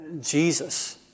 Jesus